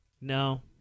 No